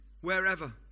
wherever